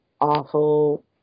awful